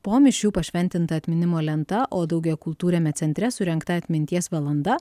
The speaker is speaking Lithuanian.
po mišių pašventinta atminimo lenta o daugiakultūriame centre surengta atminties valanda